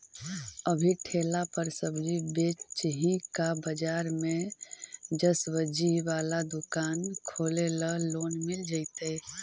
अभी ठेला पर सब्जी बेच ही का बाजार में ज्सबजी बाला दुकान खोले ल लोन मिल जईतै?